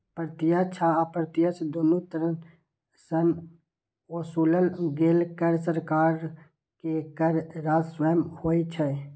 प्रत्यक्ष आ अप्रत्यक्ष, दुनू तरह सं ओसूलल गेल कर सरकार के कर राजस्व होइ छै